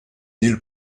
nulle